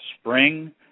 spring